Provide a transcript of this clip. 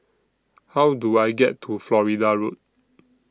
How Do I get to Florida Road